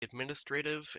administrative